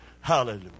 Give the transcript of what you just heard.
Hallelujah